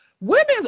women's